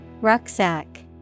Rucksack